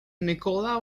nikola